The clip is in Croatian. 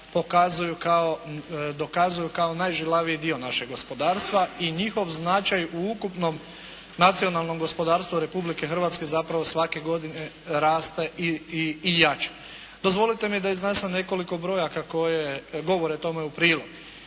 dokazuju kao najžilaviji dio našeg gospodarstva i njihov značaj u ukupnom nacionalnom gospodarstvu Republike Hrvatske zapravo svake godine raste i jača. Dozvolite mi da iznesem nekoliko brojaka koje govore tome u prilog.